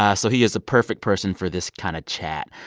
ah so he is the perfect person for this kind of chat.